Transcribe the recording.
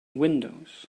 windows